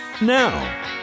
now